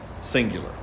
singular